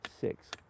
six